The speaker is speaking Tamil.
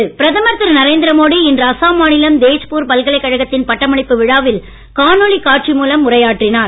கல்விக்கொள்கை பிரதமர் திரு நரேந்திர மோடி இன்று அசாம் மாநிலம் தேஜ்பூர் பல்கலைக்கழகத்தின் பட்டமளிப்பு விழாவில் காணொலி காட்சி மூலம் உரையாற்றினார்